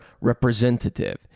representative